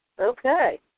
Okay